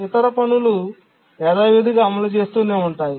ఇతర పనులు యథావిధిగా అమలు చేస్తూనే ఉంటాయి